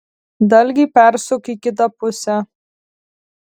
dalgį persuk į kitą pusę